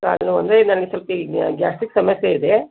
ಕಾಲು ನೋವು ಅಂದರೆ ನನಗೆ ಸಲ್ಪ ಈ ಗ್ಯಾಸ್ಟಿಕ್ ಸಮಸ್ಯೆ ಇದೆ